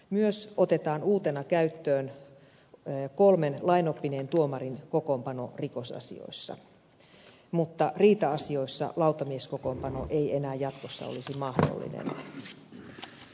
myös otetaan uutena käyttöön kolmen lainoppineen tuomarin kokoonpano rikosasioissa mutta riita asioissa lautamieskokoonpano ei enää jatkossa olisi mahdollinen